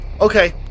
Okay